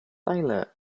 tyler